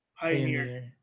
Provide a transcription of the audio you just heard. pioneer